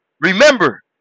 Remember